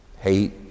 hate